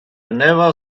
never